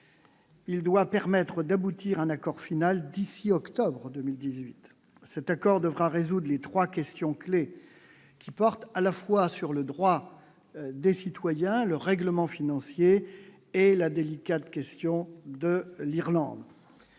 il doit permettre d'aboutir à un accord final d'ici octobre 2018, cet accord devra résoudre les 3 questions clés qui portent à la fois sur le droit des citoyens le règlement financier et la délicate question de l'Irlande,